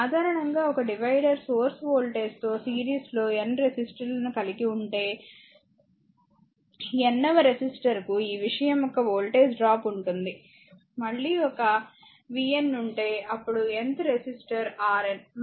సాధారణంగా ఒక divider source వోల్టేజ్తో సిరీస్లో N రెసిస్టర్లను కలిగి ఉంటే n వ రెసిస్టర్కు ఈ విషయం యొక్క వోల్టేజ్ డ్రాప్ ఉంటుంది మళ్ళీ ఒక vn ఉంటే అప్పుడు nth రెసిస్టర్ Rn